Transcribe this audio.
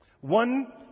One